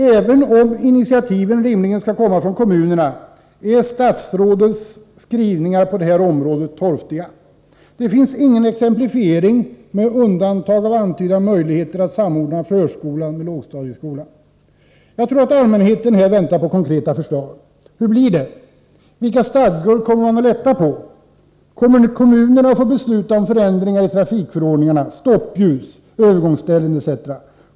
Även om initiativen rimligen skall komma från kommunerna, är statsrådets skrivningar på detta område torftiga. Det finns ingen exemplifiering, med undantag av antydda möjligheter att samordna förskolan med lågstadieskolan. Jag tror att allmänheten väntar på konkreta förslag. Hur blir det? Vilka stadgor avser regeringen att lätta på? Kommer kommunerna att få besluta om förändringar i trafikförordningarna och när det gäller stoppljus, övergångsställen etc.?